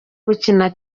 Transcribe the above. gukina